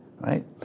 Right